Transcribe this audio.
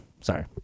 sorry